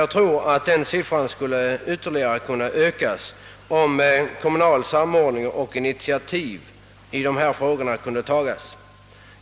Jag tror att antalet skulle kunna ökas ytterligare om det blev en kommunal samordning och om kommunala initiativ i dessa frågor kunde tas.